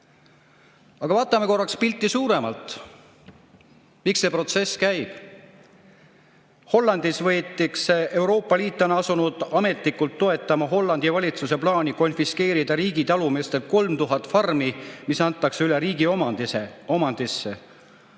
Aga vaatame korraks suuremat pilti. Miks see protsess käib? Euroopa Liit on asunud ametlikult toetama Hollandi valitsuse plaani konfiskeerida riigi talumeestelt 3000 farmi, mis antakse üle riigi omandisse.